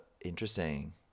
interesting